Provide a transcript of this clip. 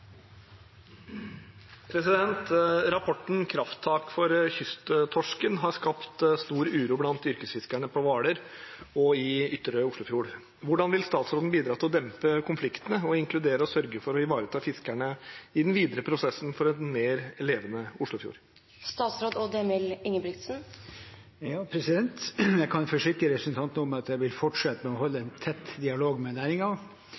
i Ytre Oslofjord. Hvordan vil statsråden bidra til å dempe konfliktene og inkludere og sørge for å ivareta fiskerne i den videre prosessen for en mer levende Oslofjord?» Jeg kan forsikre representanten om at jeg vil fortsette med å holde en tett dialog med næringen og legge til rette for gode prosesser sånn at forskning, forvaltning og næring kan finne fram til bærekraftige løsninger framover. Dette har vi gode erfaringer med